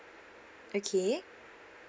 okay